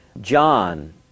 John